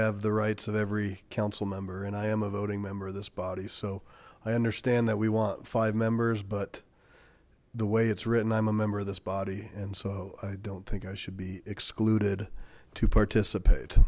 have the rights of every council member and i am a voting member of this body so i understand that we want five members but the way it's written i'm a member of this body and so i don't think i should be excluded to participate